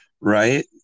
right